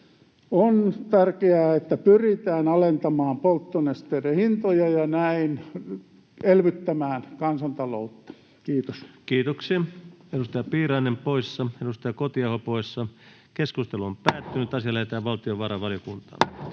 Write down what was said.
On tärkeää, että pyritään alentamaan polttonesteiden hintoja ja näin elvyttämään kansantaloutta. — Kiitos. Kiitoksia. — Edustaja Piirainen poissa, edustaja Kotiaho poissa. Lähetekeskustelua varten esitellään päiväjärjestyksen